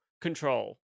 Control